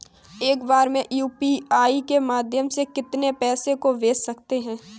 एक बार में यू.पी.आई के माध्यम से कितने पैसे को भेज सकते हैं?